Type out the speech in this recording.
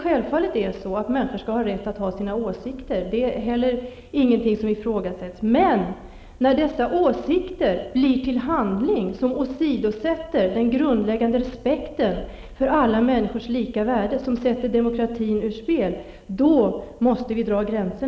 Självfallet skall människor ha rätt att ha sina åsikter. Det är inte någonting som ifrågasätts. Men när åsikterna tar sig i uttryck i handling som åsidosätter den grundläggande respekten för alla människors lika värde och som sätter demokratin ur spel, måste vi dra upp gränser.